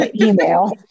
email